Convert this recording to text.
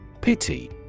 Pity